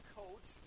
coach